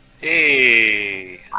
Hey